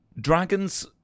dragons